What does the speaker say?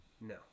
No